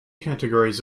categories